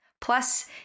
Plus